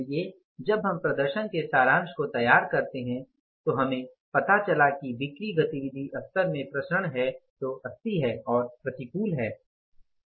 इसलिए जब हम प्रदर्शन के सारांश को तैयार करते हैं तो हमें पता चला कि बिक्री गतिविधि स्तर में विचरण हैं जो 80 है और प्रतिकूल है